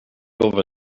over